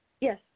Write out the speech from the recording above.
Yes